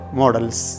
models